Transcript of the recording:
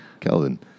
Kelvin